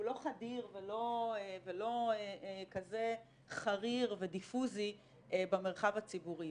לא חדיר ולא כזה חריר ודיפוזי במרחב הציבורי.